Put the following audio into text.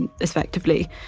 effectively